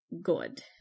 good